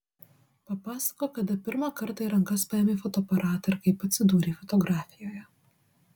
papasakok kada pirmą kartą į rankas paėmei fotoaparatą ir kaip atsidūrei fotografijoje